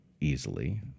easily